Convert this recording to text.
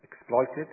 exploited